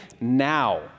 now